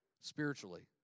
spiritually